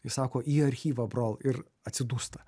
jis sako į archyvą brol ir atsidūsta